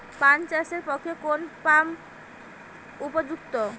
পান চাষের পক্ষে কোন পাম্প উপযুক্ত?